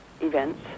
events